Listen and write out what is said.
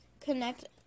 connect